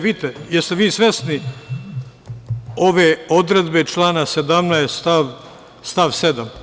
Vidite, jeste li vi svesni ove odredbe člana 17. stav 7?